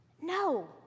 No